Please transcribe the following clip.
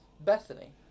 Bethany